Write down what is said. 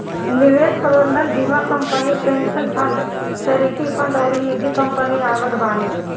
निवेश प्रबंधन बीमा company, pension fund, charity fund अउरी निजी कंपनी आवत बानी